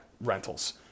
rentals